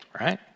right